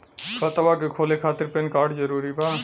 खतवा के खोले खातिर पेन कार्ड जरूरी बा?